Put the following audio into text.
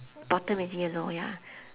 bottom is yellow ya